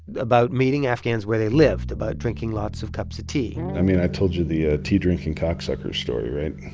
about meeting afghans where they lived, about drinking lots of cups of tea i mean, i told you the ah tea-drinking cocksucker story, right?